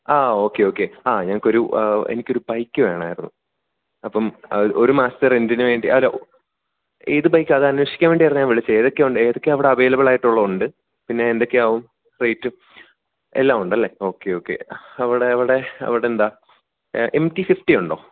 ആ okay okay ആ ഞങ്ങൾക്ക് ഒരു എനിക്കൊരു ബൈക്ക് വേണമായിരുന്നു അപ്പം ഒരു മാസത്തെ റെൻറ്റിന് വേണ്ടി അല്ല ഏത് ബൈക്കാണ് അത് അന്വേഷിക്കാൻ വേണ്ടിയായിരുന്നു ഞാൻ വിളിച്ചത് ഏതൊക്കെ ഉണ്ട് ഏതൊക്കെയാണ് അവിടെ അവൈലബിളായിട്ടുള്ളത് ഉണ്ട് പിന്നെ എന്തൊക്കെയാവും റേറ്റും എല്ലാം ഉണ്ടല്ലെ ഓക്കെ ഓക്കെ അവിടെ എവിടെ അവിടെ എന്താണ് എം ടി ഫിഫ്റ്റീൻ ഉണ്ടോ